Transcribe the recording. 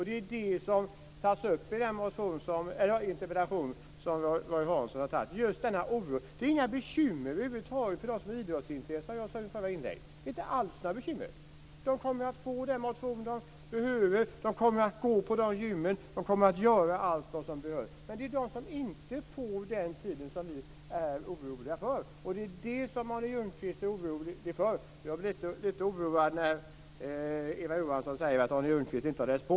Det är det som tas upp i den interpellation som Roy Hansson har ställt, just denna oro. Man har inga bekymmer över huvud taget för dem som är idrottsintresserade, som jag sade i mitt förra inlägg. Det är inte alls några bekymmer. De kommer att få den motion de behöver. De kommer att gå på gymmen, de kommer att göra allt som behövs. Det är de som inte får den tiden som vi är oroliga för. Det är det som Arne Ljungqvist är orolig för. Jag blev lite oroad när Eva Johansson sade att Arne Ljungqvist inte hade läst på.